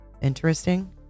interesting